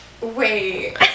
Wait